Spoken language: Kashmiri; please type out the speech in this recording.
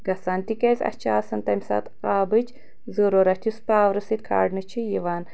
گژھان تِکیٛازِ اسہِ چھِ آسان تمہِ ساتہٕ آبٕچ ضروٗرت یُس پاور سۭتۍ کھالنہٕ چھِ یِوان